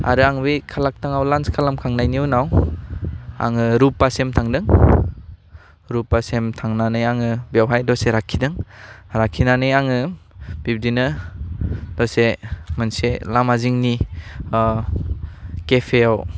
आरो आं बे कालाकटाङाव लान्च खालामखांनायनि उनाव आङो रुपासिम थांदों रुपासिम थांनानै आङो बेयावहाय दसे राखिदों राखिनानै आङो बिब्दिनो दसे मोनसे लामा जिंनि ओह केपेयाव